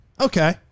okay